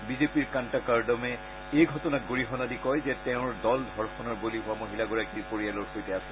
বিজেপিৰ কান্তা কৰ্দমে এই ঘটনাক গৰিহনা দি কয় যে তেওঁৰ দল ধৰ্ষণৰ বলী হোৱা মহিলাগৰাকীৰ পৰিয়ালৰ সৈতে আছে